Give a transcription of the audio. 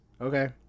Okay